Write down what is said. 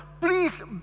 please